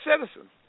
citizen